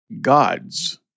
gods